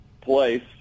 place